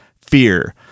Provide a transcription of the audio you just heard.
fear